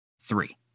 Three